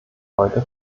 heute